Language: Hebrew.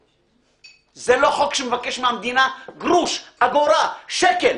זה לא חוק שמבקש מהמדינה גרוש, אגורה, שקל,